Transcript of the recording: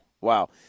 wow